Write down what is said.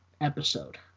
episode